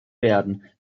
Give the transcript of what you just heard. werden